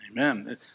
Amen